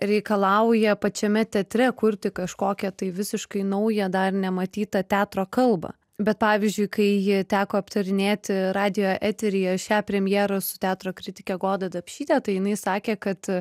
reikalauja pačiame teatre kurti kažkokią tai visiškai naują dar nematyta teatro kalbą bet pavyzdžiui kai teko aptarinėti radijo eteryje šią premjerą su teatro kritikė goda dapšyte tai jinai sakė kad